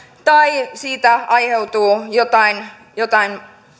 tai siitä aiheutuu jotain jotain